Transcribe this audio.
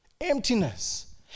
emptiness